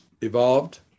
evolved